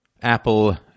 Apple